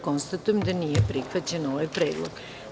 Konstatujem da nije prihvaćen ovaj predlog.